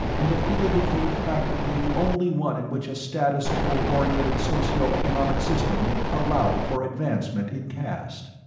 and the field became practically the only one in which a status quo orientated socio-economic system allowed for advancement in caste.